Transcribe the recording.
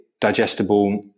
digestible